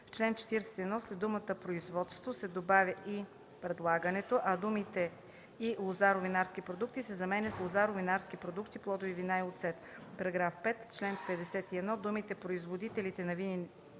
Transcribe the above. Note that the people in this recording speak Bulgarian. В чл. 41 след думата „Производството” се добавя „и предлагането”, а думите „и лозаро-винарски продукти” се заменят с „лозаро-винарски продукти, плодови вина и оцет”. § 5. В чл. 51 думите „Производителите на винен